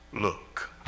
look